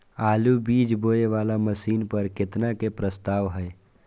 आलु बीज बोये वाला मशीन पर केतना के प्रस्ताव हय?